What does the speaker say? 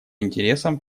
интересам